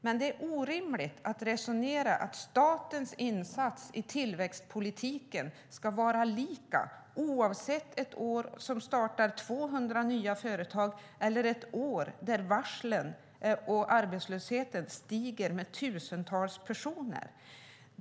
Men det är orimligt att resonera om att statens insats i tillväxtpolitiken ska vara lika oavsett om det är ett år då 200 nya företag startas eller om det är ett år då varslen och arbetslösheten ökar med tusentals personer.